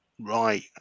Right